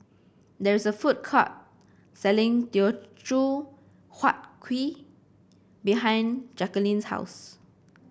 there is a food court selling Teochew Huat Kuih behind Jacquelin's house